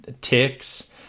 ticks